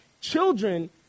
children